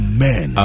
Amen